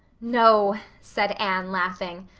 no, said anne, laughing,